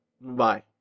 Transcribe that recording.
Bye